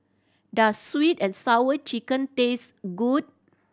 does Sweet And Sour Chicken taste good